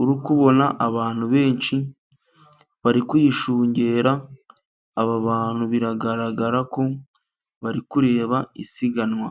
urikubona abantu benshi bari kuyishungera aba bantu biragaragara ko bari kureba isiganwa.